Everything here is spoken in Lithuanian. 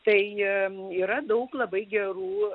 tai yra daug labai gerų